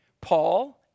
Paul